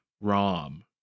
Rom